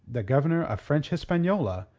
the governor of french hispaniola,